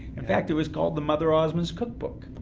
in fact, it was called the mother osmond's cookbook,